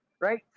right